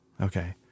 Okay